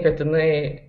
kad jinai